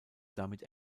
damit